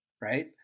right